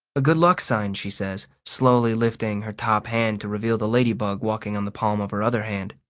a good luck sign, she says, slowly lifting her top hand to reveal the ladybug walking on the palm of her other hand.